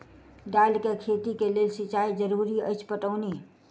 दालि केँ खेती केँ लेल सिंचाई जरूरी अछि पटौनी?